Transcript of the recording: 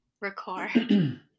record